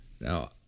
Now